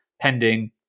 pending